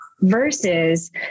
versus